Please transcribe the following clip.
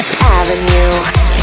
Avenue